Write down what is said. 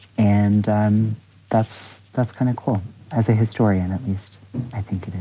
and that's that's kind of cool as a historian, at least i think